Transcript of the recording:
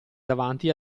davanti